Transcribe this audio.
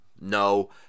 no